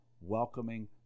welcoming